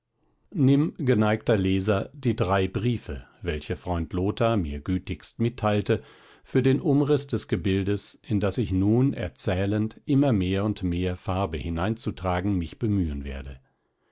nimm geneigter leser die drei briefe welche freund lothar mir gütigst mitteilte für den umriß des gebildes in das ich nun erzählend immer mehr und mehr farbe hineinzutragen mich bemühen werde